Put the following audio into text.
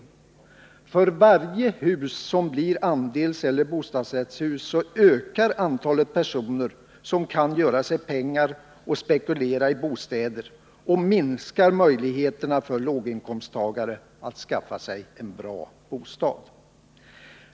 För varje hus som blir andelseller bostadsrättshus ökar antalet personer som kan göra sig pengar och spekulera i bostäder och minskar möjligheterna för låginkomsttagare att skaffa sig en bra bostad.